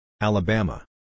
Alabama